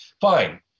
fine